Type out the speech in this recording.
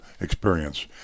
experience